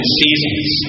seasons